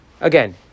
again